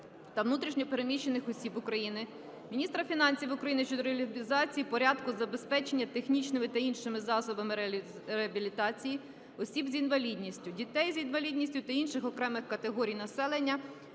та внутрішньо переміщених осіб України, міністра фінансів України щодо реалізації Порядку забезпечення технічними та іншими засобами реабілітації осіб з інвалідністю, дітей з інвалідністю та інших окремих категорій населення